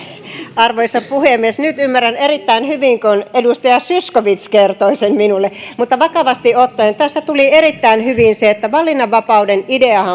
arvoisa puhemies nyt ymmärrän erittäin hyvin kun edustaja zyskowicz kertoi sen minulle mutta vakavasti ottaen tässä tuli erittäin hyvin se että valinnanvapauden ideahan